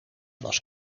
was